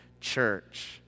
church